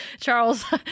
Charles